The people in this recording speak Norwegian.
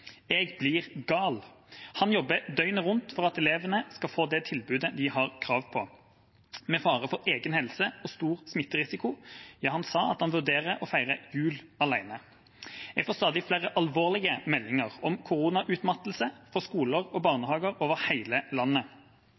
blir gal.» Han jobber døgnet rundt for at elevene skal få det tilbudet de har krav på, med fare for egen helse og stor smitterisiko. Ja, han sa at han vurderer å feire jul alene. Jeg får stadig flere alvorlige meldinger om koronautmattelse i skoler og barnehager over hele landet.